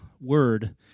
word